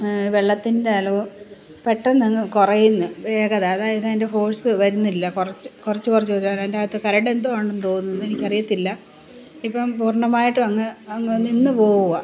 വെള്ളത്തിന്റെ അളവു പെട്ടെന്നങ്ങു കുറയുന്നു വേഗത അതായതതിൻ്റെ ഫോഴ്സ് വരുന്നില്ല കുറച്ച് കുറച്ചുകുറച്ച് വരികയാണ് അതിന്റെയകത്ത് കരടെന്തോ ഉണ്ടെന്നു തോന്നുന്നു എനിക്കറിയത്തില്ല ഇപ്പോള് പൂർണമായിട്ടും അങ്ങ് അങ്ങ് നിന്നുപോവുകയാണ്